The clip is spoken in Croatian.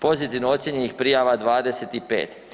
Pozitivno ocijenjenih prijava 25.